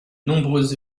nombreuses